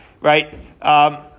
right